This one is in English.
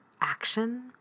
action